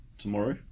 Tomorrow